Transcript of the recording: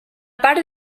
part